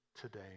Today